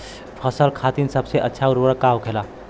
फसल खातीन सबसे अच्छा उर्वरक का होखेला?